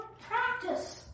practice